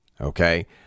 Okay